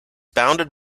bounded